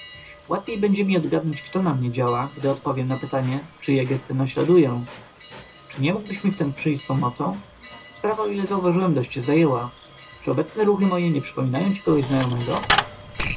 łatwiej będzie mi odgadnąć kto na mnie działa gdy odpowiem na pytanie czyje gesty naśladuję czy nie mógłbyś mi w tem przyjść z pomocą sprawa o ile zauważyłem dość cię zajęła czy obecne ruchy moje nie przypominają ci kogoś znajomego